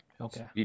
Okay